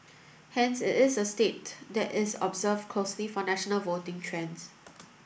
hence it is a state that is observed closely for national voting trends